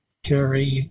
Terry